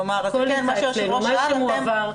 מה שהועבר,